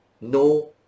no